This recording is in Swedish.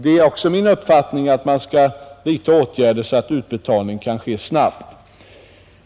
Det är också min uppfattning att man skall vidta åtgärder så att utbetalning kan ske snabbt.